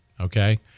Okay